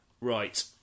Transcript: Right